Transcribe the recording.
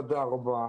תודה רבה.